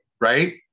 right